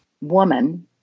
woman